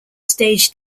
stage